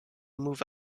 move